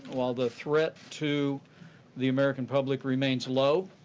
while the threat to the american public remains low,